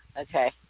okay